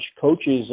coaches